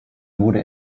wurde